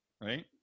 right